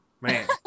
man